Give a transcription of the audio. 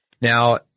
Now